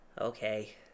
Okay